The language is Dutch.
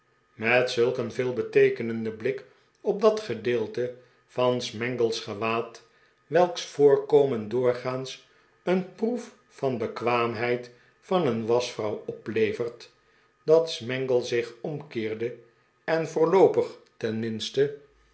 met zulk een veelbeteekenenden blik op dat gedeelte van smangle's gewaad welks voorkomen doorgaans een proef van de bekwaamheid van een waschvrouw oplevert dat smangle zich omkeerde en voorloopig